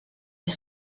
his